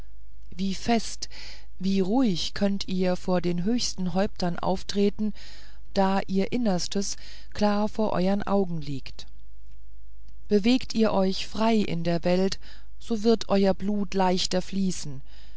wie fest wie ruhig könnt ihr vor den höchsten häuptern auftreten da ihr innerstes klar vor euern augen liegt bewegt ihr euch frei in der welt so wird euer blut leichter fließen